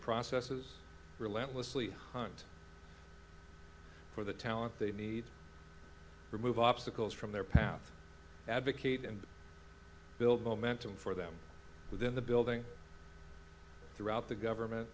processes relentlessly hunt for the talent they need remove obstacles from their path advocate and build momentum for them within the building throughout the government